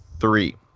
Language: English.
three